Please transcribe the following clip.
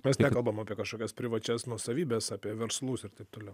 mes nekalbame apie kažkokias privačias nuosavybes apie verslus ir taip toliau